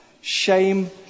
Shame